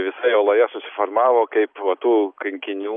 jisai oloje susiformavo kaip va tų kankinių